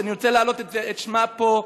שאני רוצה להעלות את שמה פה,